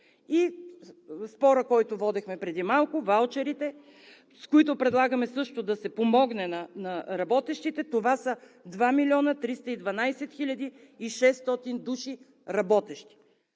Спорът, който водихме преди малко за ваучерите, с които предлагаме също да се помогне на работещите, са за 2 милиона 312 600 души, работещи.